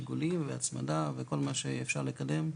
עיגולים והצמדה, כל מה שאפשר לקדם,